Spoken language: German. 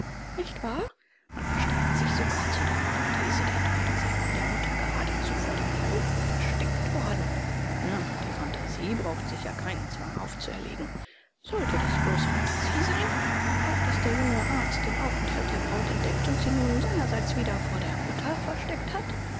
nicht wahr man versteigt sich sogar zu der hypothese die tochter sei von der mutter geradezu vor dem verlobten versteckt worden na die phantasie braucht sich ja keinen zwang aufzuerlegen sollte das bloß phantasie sein auch daß der junge arzt den aufenthalt der braut entdeckt und sie nun seinerseits wieder vor der mutter versteckt hat